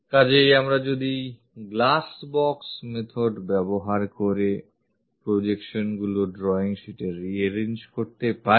কাজেই আমরা যদি glassbox method ব্যবহার করে projection গুলো drawing sheetএ rearrange করতে পারি